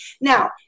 Now